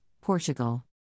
Portugal